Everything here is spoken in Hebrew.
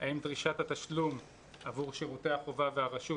האם דרישת התשלום עבור שירותי החובה והרשות